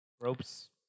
Ropes